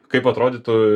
kaip atrodytų